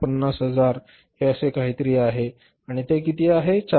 450000 हे असे काहीतरी आहे आणि ते किती आहे हे रु